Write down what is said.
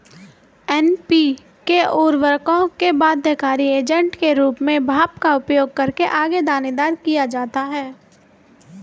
NPK उर्वरकों में बाध्यकारी एजेंट के रूप में भाप का उपयोग करके आगे दानेदार किया जाता है